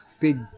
big